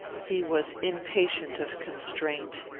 he was impatient of constraint.